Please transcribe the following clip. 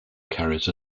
carries